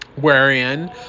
wherein